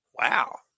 Wow